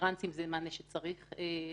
טרנסים זה מענה שצריך להרחיב,